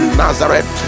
nazareth